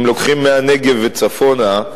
אם לוקחים מהנגב וצפונה,